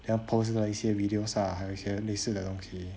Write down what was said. then post 一个一些 videos ah 还有一些类似的东西